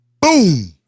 Boom